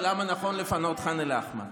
ולמה נכון לפנות את ח'אן אל-אחמר.